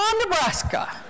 Nebraska